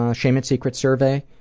ah shame and secrets survey,